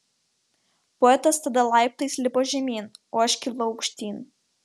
poetas tada laiptais lipo žemyn o aš kilau aukštyn